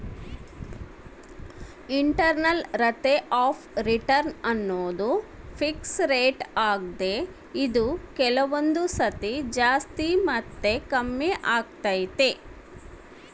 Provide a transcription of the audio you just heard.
internal rate of return ಅನ್ನೋದು fix rate ಆಗ್ದೆ ಇದು ಕೆಲವೊಂದು ಸತಿ ಜಾಸ್ತಿ ಮತ್ತೆ ಕಮ್ಮಿಆಗ್ತೈತೆ